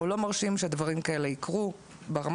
או לא מרשים שדברים כאלה יקרו ברמה